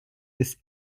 des